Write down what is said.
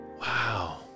Wow